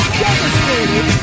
devastated